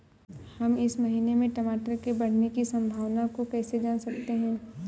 हम इस महीने में टमाटर के बढ़ने की संभावना को कैसे जान सकते हैं?